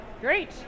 Great